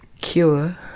Cure